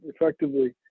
effectively